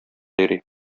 йөри